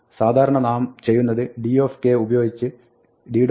സാധാരണ നാം ചെയ്യുന്നത് dk ഉപയോഗിച്ച് d